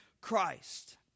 Christ